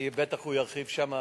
בטח הוא ירחיב שם,